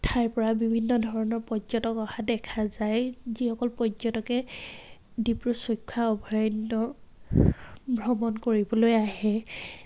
ঠাইৰ পৰা বিভিন্ন ধৰণৰ পৰ্যটক অহা দেখা যায় যিসকল পৰ্যটকে ডিব্ৰুচৈখোৱা অভয়াৰণ্য় ভ্ৰমণ কৰিবলৈ আহে